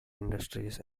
industries